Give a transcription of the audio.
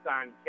on